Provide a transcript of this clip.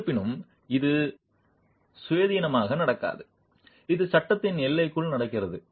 இருப்பினும் இது சுயாதீனமாக நடக்காது இது சட்டத்தின் எல்லைக்குள் நடக்கிறது